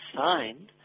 signed